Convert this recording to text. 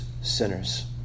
sinners